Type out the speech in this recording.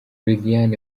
lilian